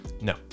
No